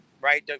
right